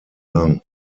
lung